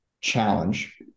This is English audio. challenge